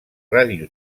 ràdio